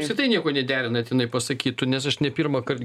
apskritai nieko nederinat jinai pasakytų nes aš ne pirmąkart